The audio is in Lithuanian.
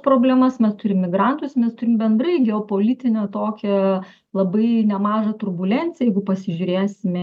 problemas me turim migrantus mes turim bendrai geopolitinę tokią labai nemažą turbulenciją jeigu pasižiūrėsime